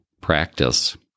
practice